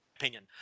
opinion